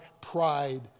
pride